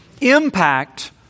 impact